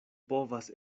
povas